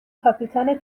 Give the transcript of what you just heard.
کاپیتان